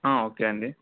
okay అండి